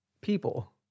people